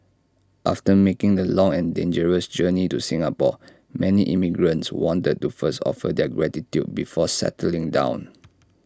after making the long and dangerous journey to Singapore many immigrants wanted to first offer their gratitude before settling down